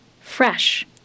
fresh